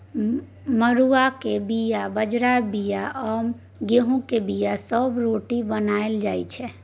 मरुआक बीया, बजराक बीया आ गहुँम केर बीया सँ रोटी बनाएल जाइ छै